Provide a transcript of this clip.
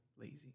lazy